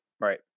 Right